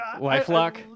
Lifelock